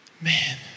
man